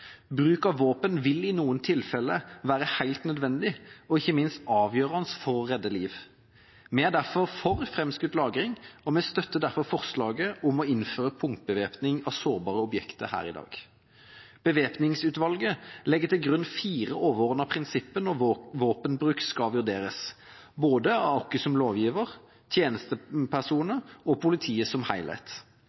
Bruk av våpen vil i noen tilfeller være helt nødvendig og ikke minst avgjørende for å redde liv. Vi er derfor for framskutt lagring, og vi støtter forslaget her i dag om å innføre punktbevæpning ved sårbare objekter. Bevæpningsutvalget legger til grunn fire overordnede prinsipper når våpenbruk skal vurderes, både av oss som lovgivere, av tjenestepersoner og av politiet som